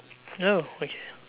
oh okay